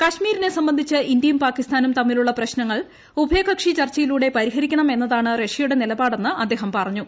കാശ്മീരിനെ സംബന്ധിച്ച് ഇന്ത്യയും പാകിസ്ഥാനും തമ്മിലുള്ള പ്രശ്നങ്ങൾ ഉഭയകക്ഷി ചർച്ചയിലൂടെ പരിഹരിക്കണം എന്നതാണ് റഷ്യയുടെ നിലപാടെന്ന് അദ്ദേഹം പറഞ്ഞു